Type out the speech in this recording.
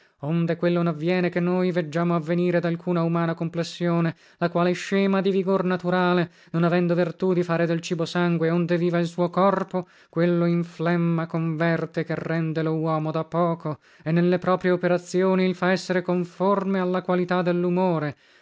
onde quello navviene che noi veggiamo avvenire dalcuna umana complessione la quale scema di vigor naturale non avendo vertù di fare del cibo sangue onde viva il suo corpo quello in flemma converte che rende lo uomo dapoco e nelle proprie operazioni il fa essere conforme alla qualità dellumore